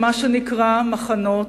למה שנקרא "מחנות":